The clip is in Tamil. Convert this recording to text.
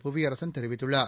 புவியரசன் தெரிவித்துள்ளார்